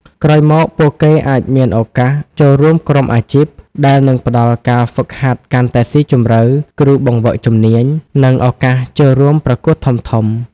ក្រោយមក ពួកគេអាចមានឱកាស ចូលរួមក្រុមអាជីព ដែលនឹងផ្តល់ការហ្វឹកហាត់កាន់តែស៊ីជម្រៅ គ្រូបង្វឹកជំនាញ និងឱកាសចូលរួមប្រកួតធំៗ។